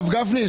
הרב גפני,